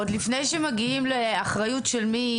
עוד לפני שמגיעים לאחריות של מי